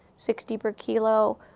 sixty per kilo.